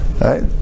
right